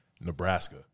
Nebraska